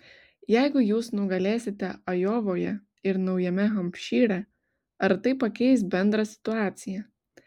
jeigu jūs nugalėsite ajovoje ir naujame hampšyre ar tai pakeis bendrą situaciją